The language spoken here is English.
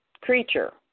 creature